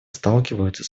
сталкиваются